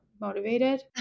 motivated